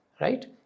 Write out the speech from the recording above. Right